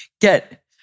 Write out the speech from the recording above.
get